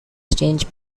strange